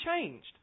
changed